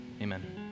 Amen